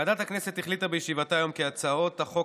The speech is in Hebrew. ועדת הכנסת החליטה בישיבתה היום כי הצעות החוק